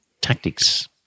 tactics